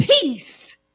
Peace